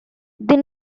they